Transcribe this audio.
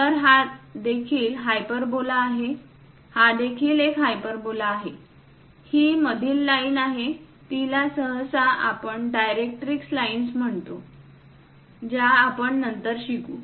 तर हा देखील हायपरबोला आहे हा देखील एक हायपरबोला आहे ही मधील लाईन आहे तिला सहसा आपण डायरेक्ट्रिक्स लाईन्स म्हणतो ज्या आपण नंतर शिकू